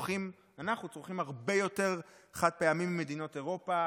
אנחנו צורכים הרבה יותר חד-פעמי ממדינות אירופה.